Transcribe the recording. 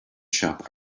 shop